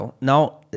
Now